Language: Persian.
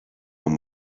اون